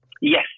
Yes